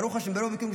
ברוך השם הוא משוחרר,